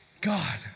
God